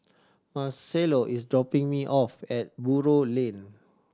marcelo is dropping me off at Buroh Lane